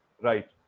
right